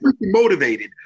motivated